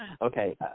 Okay